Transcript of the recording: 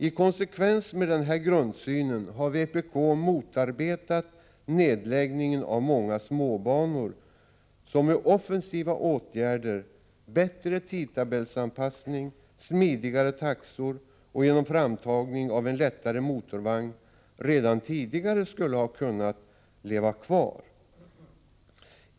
I konsekvens med denna grundsyn har vpk motarbetat nedläggningen av många småbanor som, med offensiva åtgärder, bättre tidtabellsanpassning, smidigare taxor och framtagning av en lättare motorvagn redan tidigare, skulle ha kunnat leva kvar.